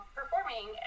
performing